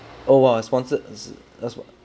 oh !wah! sponsor as what